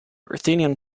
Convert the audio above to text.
ruthenian